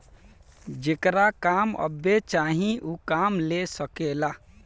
जेकरा काम अब्बे चाही ऊ काम ले सकेला